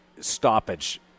stoppage